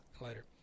later